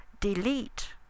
delete